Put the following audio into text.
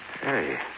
Hey